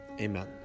Amen